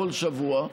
כל שבוע,